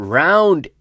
round